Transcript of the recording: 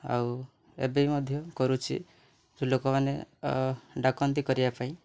ଆଉ ଏବେ ମଧ୍ୟ କରୁଛି ଯେଉଁ ଲୋକମାନେ ଡାକନ୍ତି କରିବା ପାଇଁ